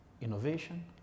innovation